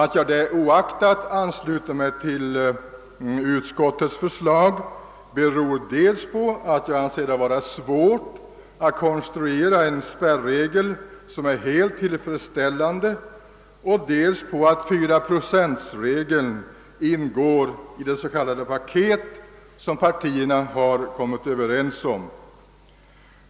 Att jag det oaktat ansluter mig till utskottets förslag beror dels på att jag anser det vara svårt att konstruera en spärregel, som är helt tillfredsställande, och dels på att fyraprocentsregeln ingår i det s.k. paket som partierna har kommit överens om.